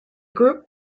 group